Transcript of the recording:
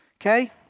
Okay